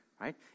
right